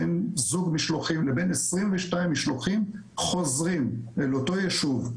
בין זוג משלוחים לבין 22 משלוחים חוזרים אל אותו יישוב,